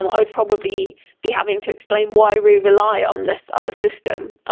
um i would probably be having to explain why we rely on this other system,